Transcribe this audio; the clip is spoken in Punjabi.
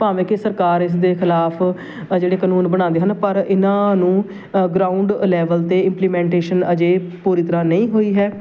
ਭਾਵੇਂ ਕਿ ਸਰਕਾਰ ਇਸ ਦੇ ਖਿਲਾਫ ਅ ਜਿਹੜੇ ਕਾਨੂੰਨ ਬਣਾਉਂਦੇ ਹਨ ਪਰ ਇਹਨਾਂ ਨੂੰ ਗਰਾਊਂਡ ਅ ਲੈਵਲ 'ਤੇ ਇੰਪਲੀਮੈਂਟੇਸ਼ਨ ਅਜੇ ਪੂਰੀ ਤਰ੍ਹਾਂ ਨਹੀਂ ਹੋਈ ਹੈ